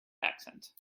accent